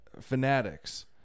Fanatics